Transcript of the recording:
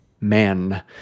man